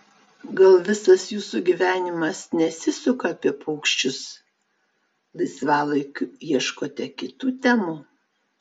gal visas jūsų gyvenimas nesisuka apie paukščius laisvalaikiu ieškote kitų temų